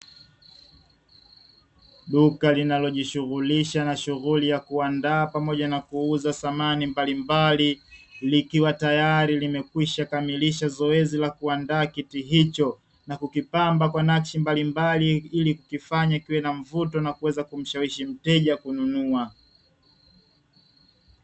Duka linalojishughulisha na shughuli ya kuandaa pamoja na kuuza samani mbalimbali, likiwa tayari limekwisha kamilisha zoezi la kuandaa kiti hicho na kukipamba kwa nakshi mbalimbali ili kukifanya kiwe na mvuto, na kumshawishi mteja kununua.